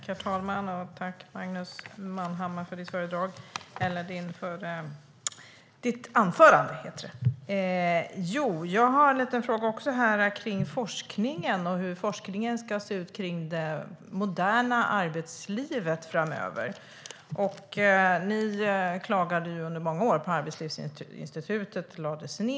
Herr talman! Tack, Magnus Manhammar, för ditt anförande! Jag har en liten fråga om hur forskningen ska se ut om det moderna arbetslivet framöver. Ni klagade ju under många år på att Arbetslivsinstitutet lades ned.